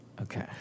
Okay